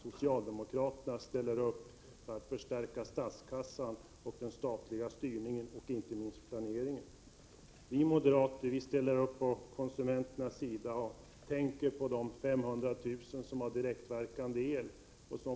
Socialdemokraterna ställer upp för att förstärka statskassan, den statliga styrningen och, inte minst, planeringen. Vi moderater ställer upp på konsumenternas sida. Vi tänker på de 500 000 som har direktverkande el och Prot.